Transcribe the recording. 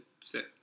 sit